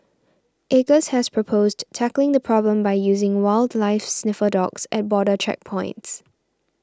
acres has proposed tackling the problem by using wildlife sniffer dogs at border checkpoints